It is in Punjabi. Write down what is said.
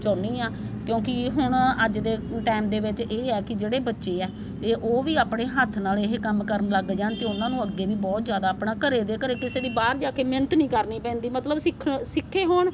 ਚਾਹੁੰਦੀ ਹਾਂ ਕਿਉਂਕਿ ਹੁਣ ਅੱਜ ਦੇ ਟਾਈਮ ਦੇ ਵਿੱਚ ਇਹ ਹੈ ਕਿ ਜਿਹੜੇ ਬੱਚੇ ਆ ਇਹ ਉਹ ਵੀ ਆਪਣੇ ਹੱਥ ਨਾਲ ਇਹ ਕੰਮ ਕਰਨ ਲੱਗ ਜਾਣ ਅਤੇ ਉਹਨਾਂ ਨੂੰ ਅੱਗੇ ਵੀ ਬਹੁਤ ਜ਼ਿਆਦਾ ਆਪਣਾ ਘਰ ਦੇ ਘਰ ਕਿਸੇ ਦੀ ਬਾਹਰ ਜਾ ਕੇ ਮਿੰਨਤ ਨਹੀਂ ਕਰਨੀ ਪੈਂਦੀ ਮਤਲਬ ਸਿੱਖਣ ਸਿੱਖੇ ਹੋਣ